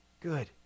Good